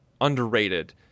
underrated